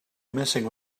missing